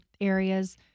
areas